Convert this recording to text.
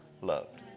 loved